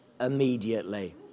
immediately